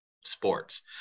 sports